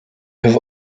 have